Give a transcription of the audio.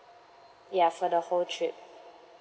ya for the whole trip